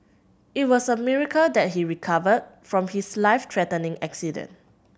it was a miracle that he recovered from his life threatening accident